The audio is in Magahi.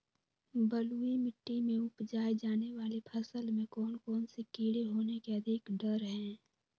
बलुई मिट्टी में उपजाय जाने वाली फसल में कौन कौन से कीड़े होने के अधिक डर हैं?